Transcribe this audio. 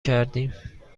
کردیم